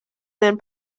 than